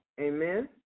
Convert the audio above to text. Amen